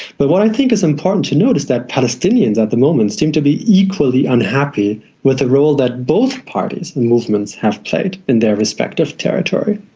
but what i think is important to note is that palestinians at the moment seem to be equally unhappy with the role that both parties, movements, have played in their respective territory.